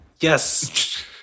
Yes